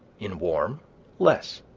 in warm less.